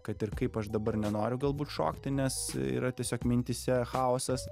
kad ir kaip aš dabar nenoriu galbūt šokti nes yra tiesiog mintyse chaosas